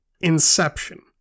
Inception